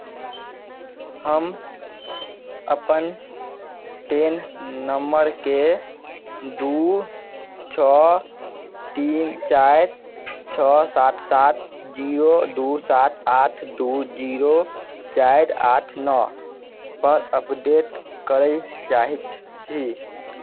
हम अपन पैन नम्बरके दू छओ तीन चारि छओ सात सात जीरो दू सात आठ दू जीरो चारि आठ नओपर अपडेट करय चाहैत छी